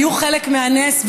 הן היו חלק מהנס,